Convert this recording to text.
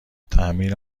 تعمیر